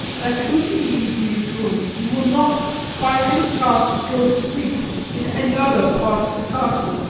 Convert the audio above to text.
that should you leave these rooms you will not by any chance go to sleep in any other part of the castle.